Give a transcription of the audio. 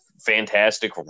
Fantastic